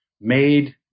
made